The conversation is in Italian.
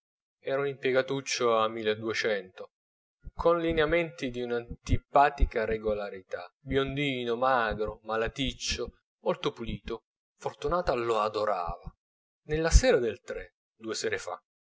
era un impiegatuccio a mille e duecento con lineamenti di un'antipatica regolarità biondino magro malaticcio molto pulito fortunata lo adorava nella sera del due sere fa